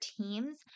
teams